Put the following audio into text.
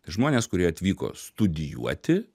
tai žmonės kurie atvyko studijuoti